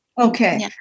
Okay